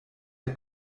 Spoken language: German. der